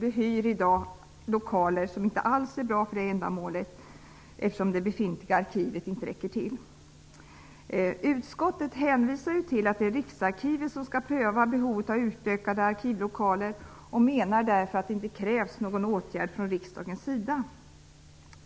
Eftersom det befintliga arkivet inte räcker till hyr man i dag lokaler som inte alls är bra för ändamålet. Utskottet hänvisar till att det är Riksarkivet som skall pröva behovet av utökade arkivlokaler och menar därför att det inte krävs någon åtgärd från riksdagens sida.